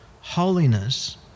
holiness